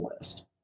list